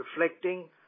reflecting